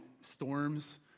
storms